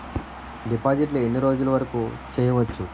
డిపాజిట్లు ఎన్ని రోజులు వరుకు చెయ్యవచ్చు?